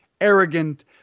arrogant